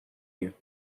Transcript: you